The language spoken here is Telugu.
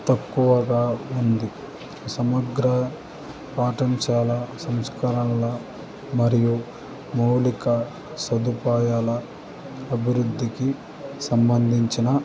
తక్కువగా ఉంది సమగ్ర పాఠ్యాంశాల సంస్కరణల మరియు మౌలిక సదుపాయాల అభివృద్ధికి సంబంధించిన